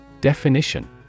Definition